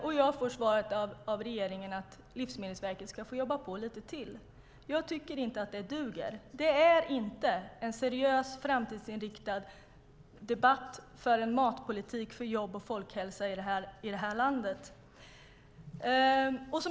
Det svar jag får av regeringen är att Livsmedelsverket ska få jobba på lite till. Det duger inte. Det är inte en seriös, framtidsinriktad debatt för en matpolitik för jobb och folkhälsa i vårt land.